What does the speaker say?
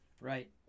Right